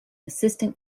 assistant